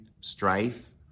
strife